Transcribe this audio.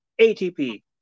ATP